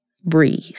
breathe